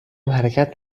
حرکت